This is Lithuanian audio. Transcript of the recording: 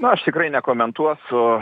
na aš tikrai nekomentuosiu